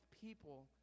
people